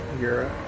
Europe